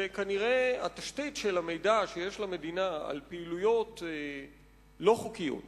שכנראה התשתית של המידע שיש למדינה על פעילויות לא חוקיות